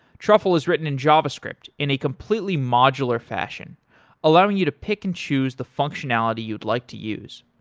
truffle is written in javascript in a completely modular fashion allowing you to pick and choose the functionality you'd like to use.